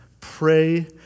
pray